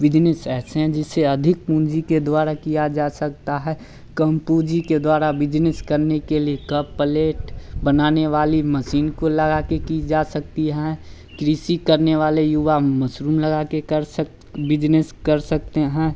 business ऐसे हैं जिसे अधिक पूँजी के द्वारा किया जा सकता है कम पूँजी के द्वारा बिजनेस करने के लिए कप पलेट बनाने वाली मसीन को लगा के की जा सकती है कृषि करने वाले युवा मसरूम लगा के कर सक बिजनेस कर सकते हैं